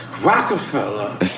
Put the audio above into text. Rockefeller